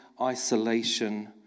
isolation